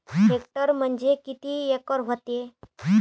Hectare म्हणजे किती acre व्हते?